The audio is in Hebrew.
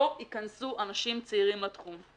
לא יכנסו אנשים צעירים לתחום.